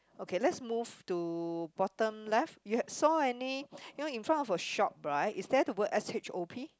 okay let's move to bottom left you have saw any you know in front of the shop right is there the word S H O P